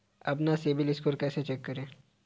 अपना CIBIL score कैसे check करें?